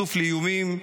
חשוף לאיומים,